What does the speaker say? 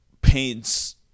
paints